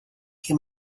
che